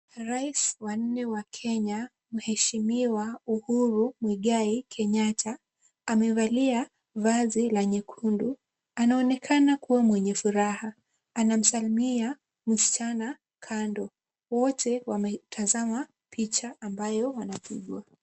Rais wa nne wa Kenya mheshimiwa Uhuru Muigai Kenyatta. Amevalia vazi la nyekundu. Anaonekana kuwa mwenye furaha. Anamsalimia msichana kando. Wote wameitazama picha ambayo wanapigwa.